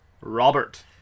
Robert